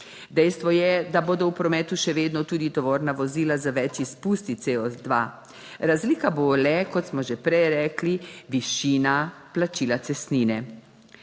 Dejstvo je, da bodo v prometu še vedno tudi tovorna vozila z več izpusti CO2, razlika bo le, kot smo že prej rekli, višina plačila cestnine.